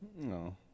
No